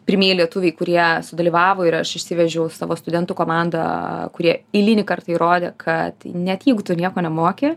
pirmieji lietuviai kurie sudalyvavo ir aš išsivežiau savo studentų komandą kurie eilinį kartą įrodė kad net jeigu tu nieko nemoki